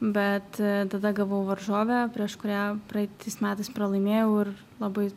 bet tada gavau varžovę prieš kurią praeitais metais pralaimėjau ir labai